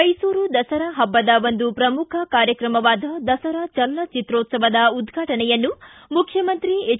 ಮೈಸೂರು ದಸರಾ ಹಬ್ಬದ ಒಂದು ಪ್ರಮುಖ ಕಾರ್ಯಕ್ರಮವಾದ ದಸರಾ ಚಲನಚಿತ್ರೋತ್ಸವದ ಉದ್ವಾಟನೆಯನ್ನು ಮುಖ್ಯಮಂತ್ರಿ ಹೆಚ್